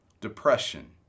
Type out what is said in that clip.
Depression